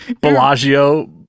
Bellagio